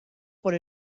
por